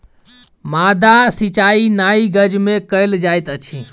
माद्दा सिचाई नाइ गज में कयल जाइत अछि